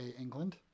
England